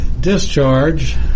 discharge